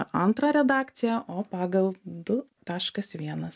antrą redakciją o pagal du taškas vienas